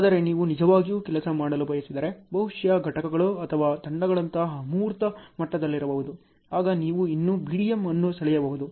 ಆದರೆ ನೀವು ನಿಜವಾಗಿಯೂ ಕೆಲಸ ಮಾಡಲು ಬಯಸಿದರೆ ಬಹುಶಃ ಘಟಕಗಳು ಅಥವಾ ತಂಡಗಳಂತಹ ಅಮೂರ್ತ ಮಟ್ಟದಲ್ಲಿರಬಹುದು ಆಗ ನೀವು ಇನ್ನೂ BDM ಅನ್ನು ಸೆಳೆಯಬಹುದು